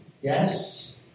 Yes